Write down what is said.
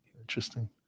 Interesting